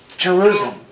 Jerusalem